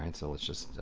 and so let's just